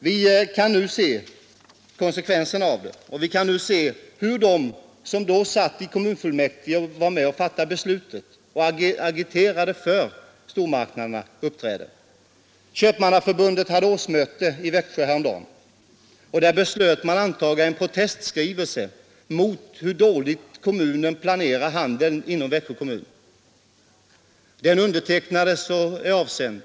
Vi kan nu se konsekvenserna av det och vi kan se hur de som i kommunfullmäktige agiterade för stormarknaderna uppträder. Köpmannaförbundet hade årsmöte i Växjö häromdagen och då beslöt man att anta en protestskrivelse mot handelns dåliga planering av affärsvaruverksamheten inom Växjö kommun. Den undertecknades och är nu avsänd.